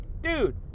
dude